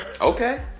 Okay